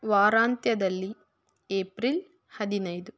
ವಾರಾಂತ್ಯದಲ್ಲಿ ಏಪ್ರಿಲ್ ಹದಿನೈದು